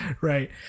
right